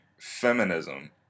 feminism